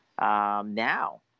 now